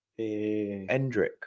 Endrick